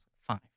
five